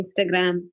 instagram